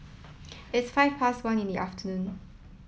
its five past one in the afternoon